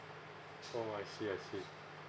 oh I see I see